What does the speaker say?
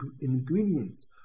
ingredients